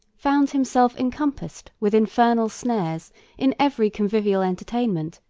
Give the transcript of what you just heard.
found himself encompassed with infernal snares in every convivial entertainment,